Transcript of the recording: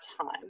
time